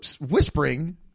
whispering